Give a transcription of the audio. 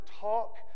talk